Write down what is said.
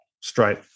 straight